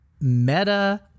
meta